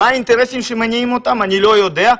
מה האינטרסים שמניעים אותם אני לא יודע,